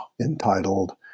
entitled